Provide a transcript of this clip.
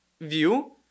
view